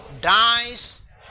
dies